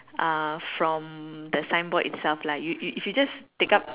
uh from the signboard itself lah you you you if you just take up